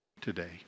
today